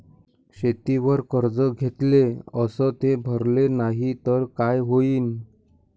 शेतीवर कर्ज घेतले अस ते भरले नाही तर काय होईन?